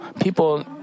people